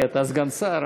כי אתה סגן שר,